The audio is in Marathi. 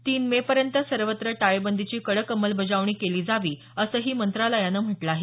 तीन मे पर्यंत सर्वत्र टाळेबंदीची कडक अंमलबजावणी केली जावी असंही मंत्रालयानं म्हटलं आहे